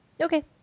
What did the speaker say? Okay